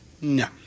No